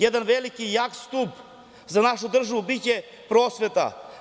Jedan veliki i jak stub za našu državu biće prosveta.